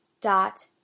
Dot